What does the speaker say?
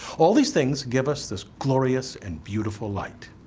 all these things give us this glorious and beautiful light.